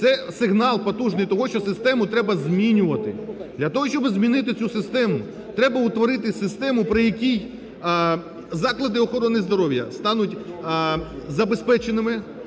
Це сигнал потужний того, що систему треба змінювати. Для того, щоб змінити цю систему, треба утворити систему, при якій заклади охорони здоров'я стануть забезпеченими,